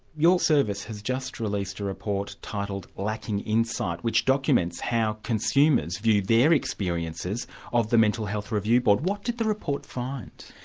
your service has just released a report titled lacking insight, which documents how consumers viewed their experiences of the mental health review board. what did the report find?